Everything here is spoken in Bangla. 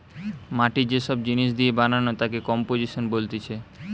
মাটি যে সব জিনিস দিয়ে বানানো তাকে কম্পোজিশন বলতিছে